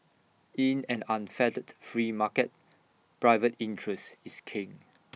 in an unfettered free market private interest is king